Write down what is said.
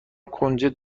کنجد